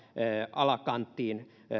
alakanttiin